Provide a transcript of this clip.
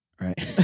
right